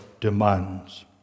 demands